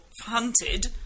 hunted